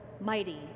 mighty